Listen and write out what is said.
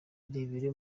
irebere